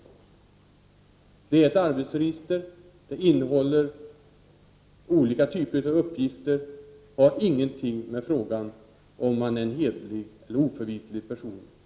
Registret är ett arbetsregister som innehåller olika typer av uppgifter och har ingenting att göra med frågan om huruvida man är en hederlig eller oförvitlig person eller inte.